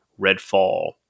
Redfall